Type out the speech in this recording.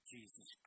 Jesus